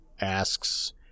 asks